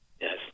Yes